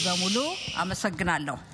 ברוכים הבאים, תושבי רחובות כולם.